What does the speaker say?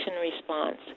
response